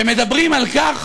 שמדברים על כך